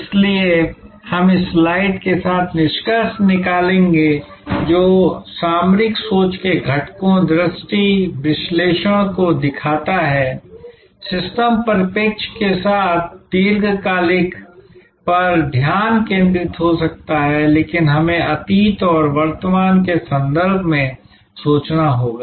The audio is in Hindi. इसलिए हम इस स्लाइड के साथ निष्कर्ष निकालेंगे जो सामरिक सोच के घटकों दृष्टि विश्लेषण को दिखाता है सिस्टम परिप्रेक्ष्य के साथ दीर्घकालिक पर ध्यान केंद्रित हो सकता है लेकिन हमें अतीत और वर्तमान के संदर्भ में सोचना होगा